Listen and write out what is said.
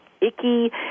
icky